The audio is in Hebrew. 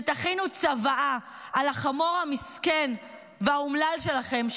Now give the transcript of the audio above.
שתכינו צוואה על החמור המסכן והאומלל שלכם,